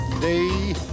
day